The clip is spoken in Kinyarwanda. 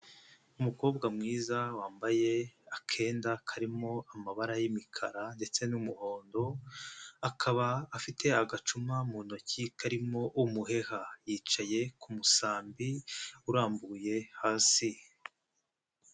Umukobwa mwiza wambaye akenda karimo amabara y'imikara ndetse n'umuhondo, akaba afite agacuma mu ntoki karimo umuheha, yicaye ku musambi urambuye hasi.